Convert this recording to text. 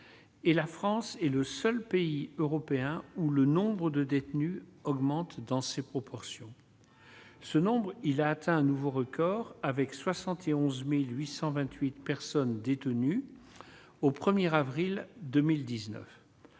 et la France est le seul pays européen où le nombre de détenus augmente dans ces proportions, ce nombre, il a atteint un nouveau record avec 71828 personnes détenues au premier avril 2019,